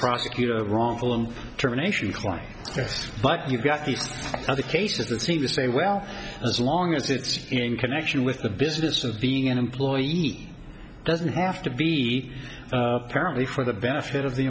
prosecutor wrongful termination klein but you've got these other cases that seem to say well as long as it's in connection with the business of being an employee doesn't have to be apparently for the benefit of the